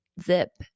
zip